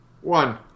One